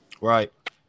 Right